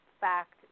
fact